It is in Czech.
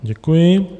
Děkuji.